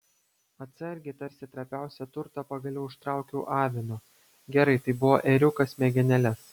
atsargiai tarsi trapiausią turtą pagaliau ištraukiau avino gerai tai buvo ėriukas smegenėles